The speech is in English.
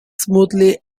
smoothly